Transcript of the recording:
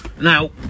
Now